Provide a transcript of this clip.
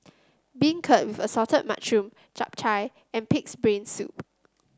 Beancurd Assorted Mushroom Chap Chai and pig's brain soup